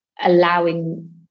allowing